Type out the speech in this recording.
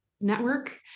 network